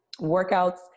workouts